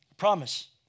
promise